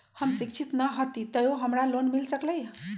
हम शिक्षित न हाति तयो हमरा लोन मिल सकलई ह?